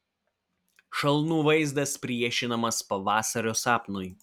šalnų vaizdas priešinamas pavasario sapnui